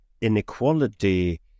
inequality